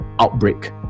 outbreak